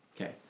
Okay